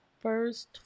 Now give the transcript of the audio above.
first